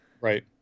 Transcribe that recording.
Right